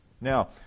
Now